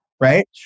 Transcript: right